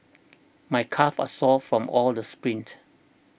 my calves are sore from all the sprints